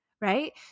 right